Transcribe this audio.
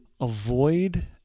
avoid